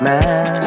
Man